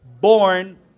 Born